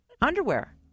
underwear